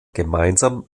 gemeinsam